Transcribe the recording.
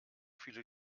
viele